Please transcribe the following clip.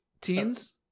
teens